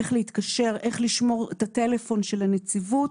איך להתקשר, איך לשמור את הטלפון של הנציבות,